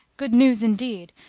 good news indeed!